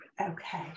Okay